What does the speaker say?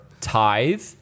tithe